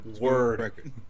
Word